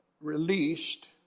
released